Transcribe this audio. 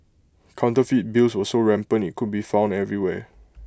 counterfeit bills were so rampant IT could be found everywhere